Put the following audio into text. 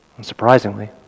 unsurprisingly